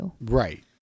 right